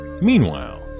meanwhile